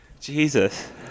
Jesus